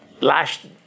Last